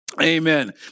Amen